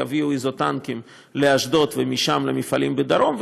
יביאו איזוטנקים לאשדוד ומשם למפעלים בדרום,